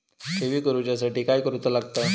ठेवी करूच्या साठी काय करूचा लागता?